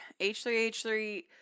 H3H3